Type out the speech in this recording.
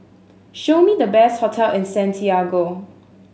show me the best hotel in Santiago